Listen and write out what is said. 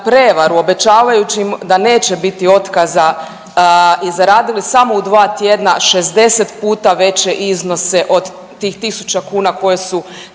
prevaru obećavajući im da neće biti otkaza i zaradili samo u dva tjedna 60 puta veće iznose od tih tisuća kuna koje su